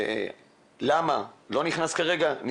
אני לא נכנס כרגע למה,